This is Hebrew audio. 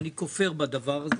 אני כופר בדבר הזה,